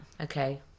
okay